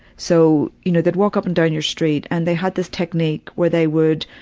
so, you know they'd walk up and down your street, and they had this technique where they would,